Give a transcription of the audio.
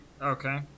Okay